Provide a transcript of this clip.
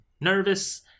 nervous